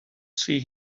see